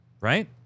right